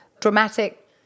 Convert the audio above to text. dramatic